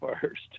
first